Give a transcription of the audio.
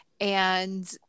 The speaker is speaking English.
and-